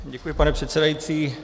Děkuji, pane předsedající.